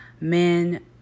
men